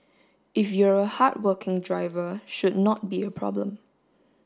if you're a hardworking driver should not be a problem